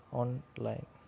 online